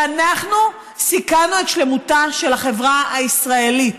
שאנחנו סיכנו את שלמותה של החברה הישראלית?